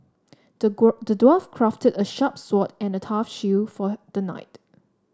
the dwarf crafted a sharp sword and a tough shield for the knight